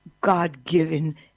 God-given